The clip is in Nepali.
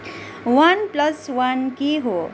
वान् प्लस वान् के ह